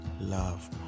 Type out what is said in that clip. Love